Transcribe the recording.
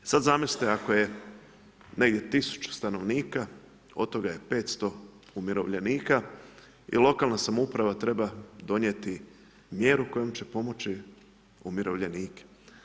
Sad zamislite ako je negdje 1000 stanovnika, od toga je 500 umirovljenika i lokalna samouprava treba donijeti mjeru kojom će pomoći umirovljenike.